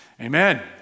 Amen